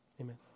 amen